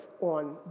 on